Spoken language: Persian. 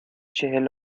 چهل